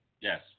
Yes